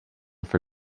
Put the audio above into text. for